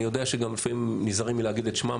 יודע שגם לפעמים נזהרים להגיד את שמם,